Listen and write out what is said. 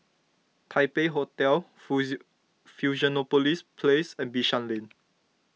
Taipei Hotel Fusionopolis Place and Bishan Lane